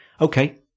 okay